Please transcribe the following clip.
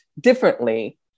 differently